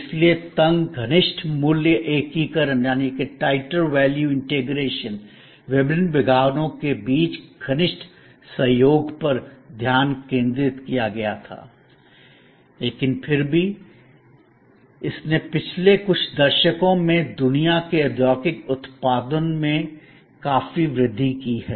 इसलिए तंगघनिष्ठ मूल्य एकीकरण टाइटर वैल्यू इंटीग्रेशन विभिन्न विभागों के बीच घनिष्ठ सहयोगपर ध्यान केंद्रित किया गया था लेकिन फिर भी इसने पिछले कुछ दशकों में दुनिया के औद्योगिक उत्पादन में काफी वृद्धि की है